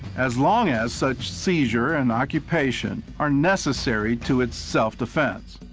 as long as such seizure and occupation are necessary to its self-defense,